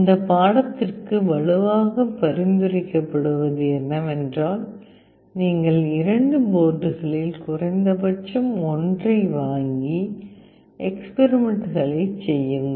இந்த பாடத்திற்கு வலுவாக பரிந்துரைக்கப்படுவது என்னவென்றால் நீங்கள் இரண்டு போர்டுகளில் குறைந்தபட்சம் ஒன்றை வாங்கி எக்ஸ்பெரிமெண்ட்களைச் செய்யுங்கள்